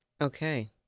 Okay